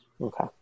okay